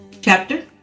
chapter